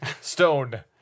Stone